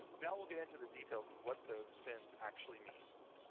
now we'll get into the details of what those sin's actually mean.